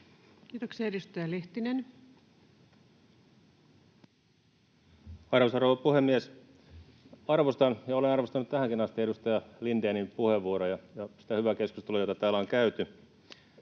Time: 18:44 Content: Arvoisa rouva puhemies! Arvostan ja olen arvostanut tähänkin asti edustaja Lindénin puheenvuoroja ja sitä hyvää keskustelua, jota täällä on käyty.